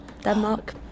Denmark